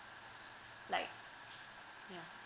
like ya